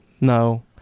no